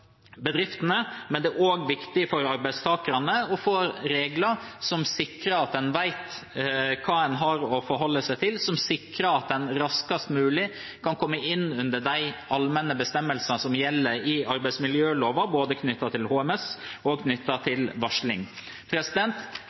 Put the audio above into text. bedriftene, men det er også viktig for arbeidstakerne å få regler som sikrer at en vet hva en har å forholde seg til, som sikrer at en raskest mulig kan komme inn under de allmenne bestemmelsene som gjelder i arbeidsmiljøloven, både knyttet til HMS og til varsling.